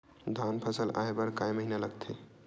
धान फसल आय बर कय महिना लगथे?